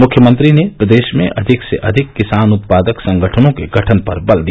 मुख्यमंत्री ने प्रदेश में अधिक से अधिक किसान उत्पादक संगठनों के गठन पर बल दिया